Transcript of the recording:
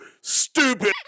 Stupid